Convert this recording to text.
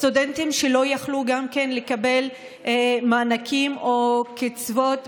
סטודנטים שלא יכלו לקבל מענקים או קצבאות